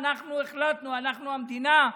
אנחנו החלטנו, אנחנו המדינה,